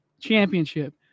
championship